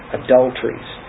adulteries